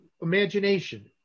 imagination